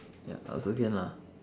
ya also can lah